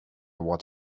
what